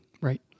Right